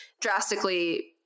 drastically